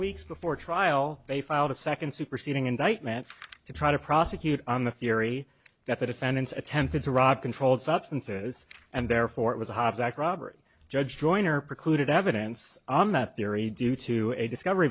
weeks before trial they filed a second superseding indictment to try to prosecute on the theory that the defendants attempted to rob controlled substances and therefore it was a hobbs act robbery judge joyner precluded evidence on that theory due to a discovery